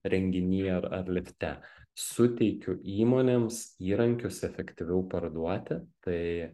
renginy ar ar lifte suteikiu įmonėms įrankius efektyviau parduoti tai